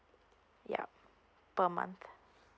yup per month